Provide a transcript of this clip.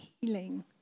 healing